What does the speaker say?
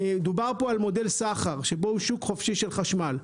דובר פה על מודל סחר שבו שוק חופשי של חשמל.